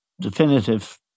definitive